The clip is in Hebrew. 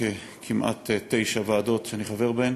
כמעט תשע ועדות שאני חבר בהן.